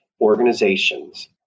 organizations